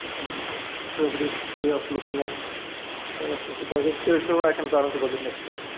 and conservative way of looking at balancing the budget. there is no way i can balance the budget next year.